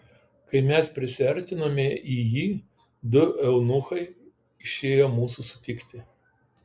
kai mes prisiartinome į jį du eunuchai išėjo mūsų sutikti